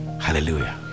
Hallelujah